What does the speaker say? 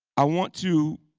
i want to